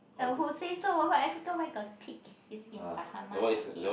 (uh)who say so Africa where got pig it's in Bahamas okay